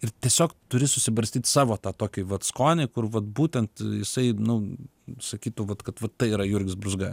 ir tiesiog turi susibarstyt savo tą tokį vat skonį kur vat būtent jisai nu sakytų vat kad tai yra jurgis brūzga